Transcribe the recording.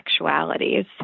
sexualities